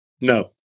No